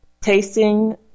tasting